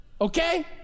okay